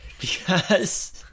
because-